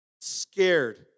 Scared